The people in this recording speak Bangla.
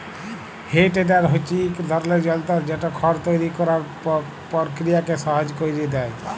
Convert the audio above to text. হে টেডার হছে ইক ধরলের যল্তর যেট খড় তৈরি ক্যরার পকিরিয়াকে সহজ ক্যইরে দেঁই